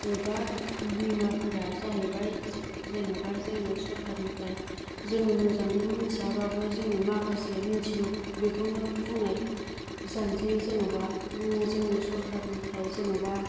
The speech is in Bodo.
एबा बिमाफोरा जाहैबाय जेन'बा जोङो सरखारनिफ्राय जोङो मोजांयै मोनथिया बाबो जोङो माखासे मोनथिगौ बेखौनो बुंनाय जानसै जेन'बा जोङो सरखारनिफ्राय जेन'बा